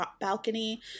balcony